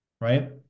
right